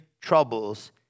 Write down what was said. troubles